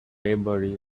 maybury